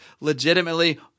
legitimately